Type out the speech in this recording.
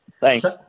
Thanks